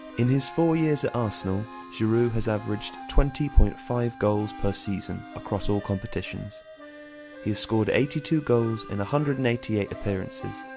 in his four years at arsenal, giroud has averaged twenty point five goals per season across all competitions he scored eighty two goes in one hundred and eighty eight appearances,